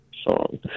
song